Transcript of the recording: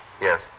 Yes